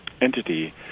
entity